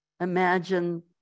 imagine